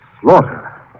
slaughter